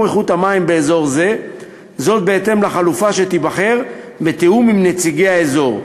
איכות המים באזור זה בהתאם לחלופה שתיבחר בתיאום עם נציגי האזור.